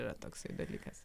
yra toksai dalykas